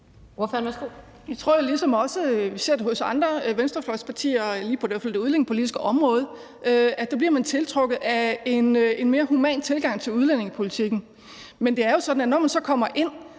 vi ser det hos andre venstrefløjspartier. I hvert fald på det udlændingepolitiske område ser vi, at der bliver man tiltrukket af en mere human tilgang til udlændingepolitikken, men det er jo sådan, at når man så kommer ind,